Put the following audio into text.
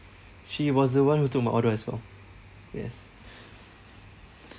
she was the one who took my order as well yes